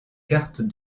carte